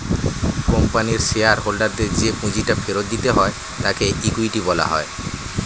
কোম্পানির শেয়ার হোল্ডারদের যে পুঁজিটা ফেরত দিতে হয় তাকে ইকুইটি বলা হয়